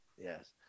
Yes